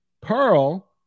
Pearl